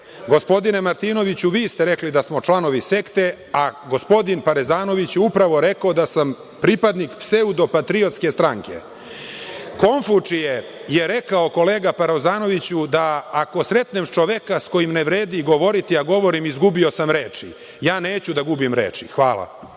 rekao?)Gospodine Martinoviću, vi ste rekli da smo članovi sekte, a gospodin Parezanović je upravo rekao da sam pripadnik pseudo patriotske stranke. Konfučije je rekao, kolega Parezanoviću, da ako sretnem čoveka s kojim ne vredi govoriti, a govorim izgubio sam reči. Ja neću da gubim reči. Hvala.